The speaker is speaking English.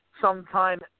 sometime